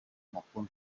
makuru